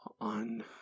on